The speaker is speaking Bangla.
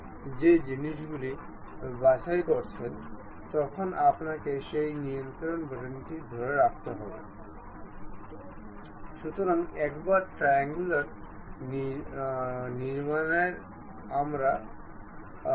আমাদের বৃত্তগুলির সাথে মোকাবিলা করতে হবে যখন আমরা এই ট্যান্জেন্ট টির সাথে কাজ করছি তখন এক ধরণের মেট হতে পারে